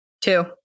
two